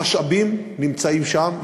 המשאבים נמצאים שם,